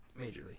majorly